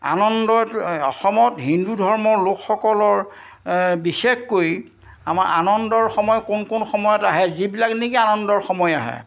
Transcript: আনন্দ অসমত হিন্দু ধৰ্মৰ লোকসকলৰ বিশেষকৈ আমাৰ আনন্দৰ সময় কোন কোন সময়ত আহে যিবিলাক নেকি আনন্দৰ সময় আহে